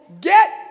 get